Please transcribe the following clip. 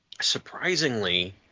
surprisingly